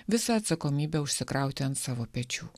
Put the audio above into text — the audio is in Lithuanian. visą atsakomybę užsikrauti ant savo pečių